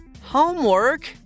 Homework